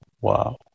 Wow